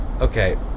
Okay